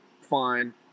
fine